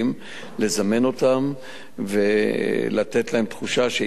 לזמן אותם ולתת להם תחושה שאם תעשו,